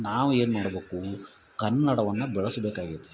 ನಾವು ಏನು ಮಾಡಬೇಕು ಕನ್ನಡವನ್ನ ಬೆಳೆಸಬೇಕಾಗೈತಿ